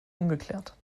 ungeklärt